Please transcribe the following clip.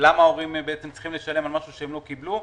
ולמה ההורים צריכים לשלם על משהו שהם לא קיבלו.